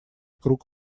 круг